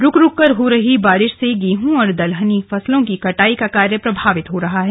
रुक रुक कर हो रही बारिश से गेहूं और दलहनी फसलों की कटाई का कार्य प्रभावित हो रहा है